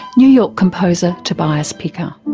new york composer tobias picker.